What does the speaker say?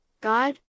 God